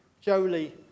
Jolie